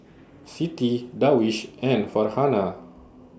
Siti Darwish and Farhanah